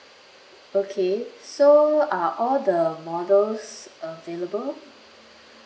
okay so are all the models available